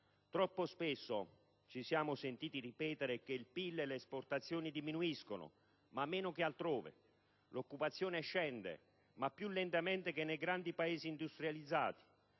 Troppo spesso ci siamo sentiti ripetere che il PIL e le esportazioni diminuiscono, ma meno che altrove; che l'occupazione scende, ma più lentamente che nei grandi Paesi industrializzati;